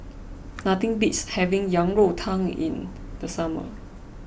nothing beats having Yang Rou Tang in the summer